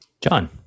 John